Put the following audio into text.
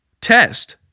test